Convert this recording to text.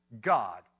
God